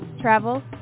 travel